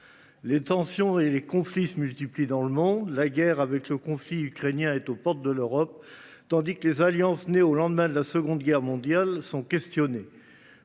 Les tensions et les conflits se multiplient dans le monde. La guerre, avec le conflit ukrainien, est aux portes de l’Europe, tandis que les alliances nées au lendemain de la Seconde Guerre mondiale sont questionnées.